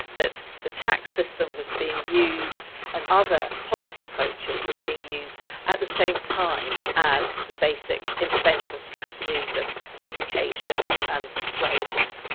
that the tax system was being used, and other policy approaches were being used at the same time as the basic intervention strategies of education and persuasion.